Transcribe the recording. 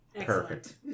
Perfect